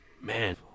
Man